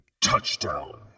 Touchdown